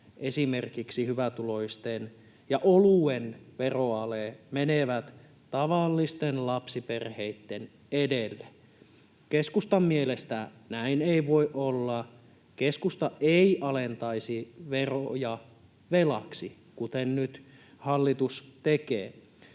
esimerkiksi hyvätuloisten — ja oluen — veroale menee tavallisten lapsiperheitten edelle? Keskustan mielestä näin ei voi olla. Keskusta ei alentaisi veroja velaksi, kuten nyt hallitus tekee.